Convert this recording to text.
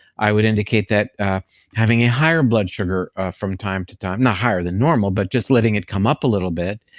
i would indicate that having a higher blood sugar from time to time, not higher than normal, but just letting it come up a little bit,